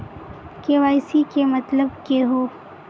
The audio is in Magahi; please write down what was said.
के.वाई.सी के मतलब केहू?